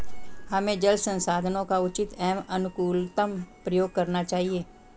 हमें जल संसाधनों का उचित एवं अनुकूलतम प्रयोग करना चाहिए